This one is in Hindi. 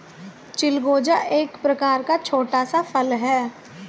चिलगोजा एक प्रकार का छोटा सा फल है